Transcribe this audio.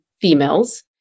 females